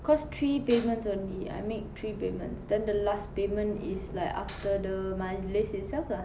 cause three payments only I make three payments then the last payment is like after the majlis itself lah